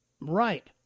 Right